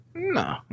No